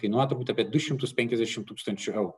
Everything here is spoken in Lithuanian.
kainuotų turbūt apie du šimtus penkiasdešimt tūkstančių eurų